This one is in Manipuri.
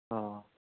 ꯑꯣ